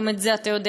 גם את זה אתה יודע,